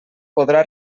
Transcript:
podrà